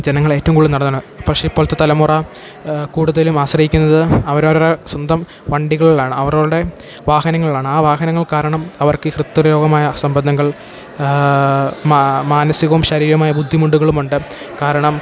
ജനങ്ങളേറ്റവും കൂടുതൽ നടന്നതാണ് പക്ഷേ ഇപ്പോഴത്തെ തലമുറ കൂടുതലും ആശ്രയിക്കുന്നത് അവരവരുടെ സ്വന്തം വണ്ടികളിലാണ് അവരവരുടെ വാഹനങ്ങളിലാണ് ആ വാഹനങ്ങൾ കാരണം അവർക്കീ ഹൃദ്രോഗമായ അസംബന്ധങ്ങൾ മാനസികവും ശരീരമായ ബുദ്ധിമുട്ടുകളുമുണ്ട് കാരണം